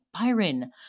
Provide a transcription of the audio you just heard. Byron